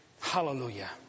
Hallelujah